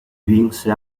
vinse